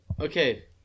Okay